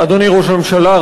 אדוני ראש הממשלה,